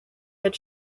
that